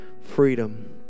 freedom